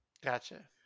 Gotcha